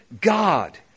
God